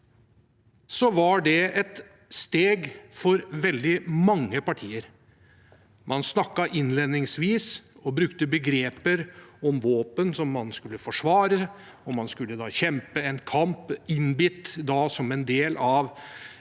– var et steg for veldig mange partier. Man snakket innledningsvis om og brukte begreper om våpen som man skulle forsvare, og man skulle da kjempe en innbitt kamp som en del av